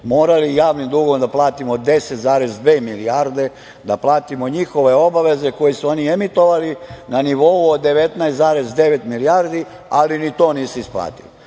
morali javnim dugom da platimo 10,2 milijarde, da platimo njihove obaveze koje su oni emitovali na nivou od 19,9 milijardi, ali ni to nisu isplatili. Sada